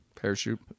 Parachute